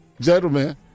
gentlemen